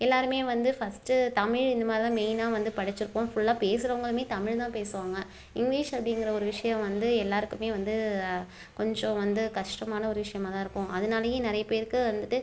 எல்லோருமே வந்து ஃபஸ்ட்டு தமிழ் இந்த மாதிரி தான் மெய்னாக வந்து படித்திருக்கோம் ஃபுல்லாக பேசுகிறவங்களுமே தமிழ் தான் பேசுவாங்க இங்கிலீஷ் அப்படிங்கிற ஒரு விஷயம் வந்து எல்லோருக்குமே வந்து கொஞ்சம் வந்து கஷ்டமான ஒரு விஷயமா தான் இருக்கும் அதனாலயே நிறைய பேருக்கு வந்துவிட்டு